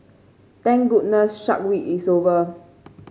thank goodness Shark Week is over